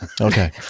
Okay